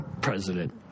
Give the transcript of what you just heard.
President